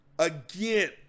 Again